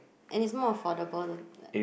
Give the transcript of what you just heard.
and is more affordable like